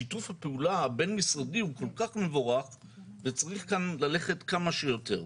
שיתוף הפעולה הבין-משרדי הוא כל כך מבורך וצריך כאן ללכת כמה שיותר.